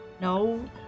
No